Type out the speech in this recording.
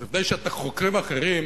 אז לפני שאתם חוקרים אחרים